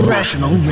Rational